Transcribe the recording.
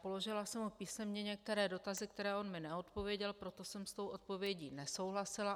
Položila jsem mu písemně některé dotazy, na které on mi neodpověděl, proto jsem s tou odpovědí nesouhlasila.